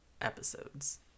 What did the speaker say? episodes